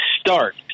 start